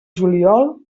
juliol